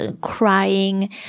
crying